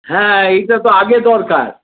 হ্যাঁ এইটা তো আগে দরকার